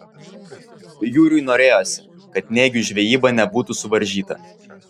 jūriui norėjosi kad nėgių žvejyba nebūtų suvaržyta